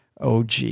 OG